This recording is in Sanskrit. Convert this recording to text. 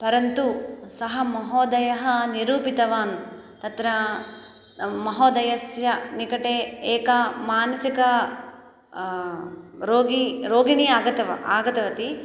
परन्तु सः महोदयः निरूपितवान् तत्र महोदयस्य निकटे एका मानसिक रोगी रोगिणी आगतवती आगतवति